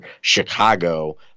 Chicago